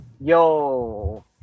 Yo